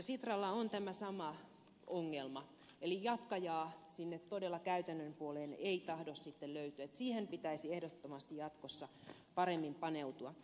sitralla on tämä sama ongelma eli jatkajaa siellä todella käytännön puolella ei tahdo sitten löytyä ja siihen pitäisi ehdottomasti jatkossa paremmin paneutua